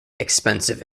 expensive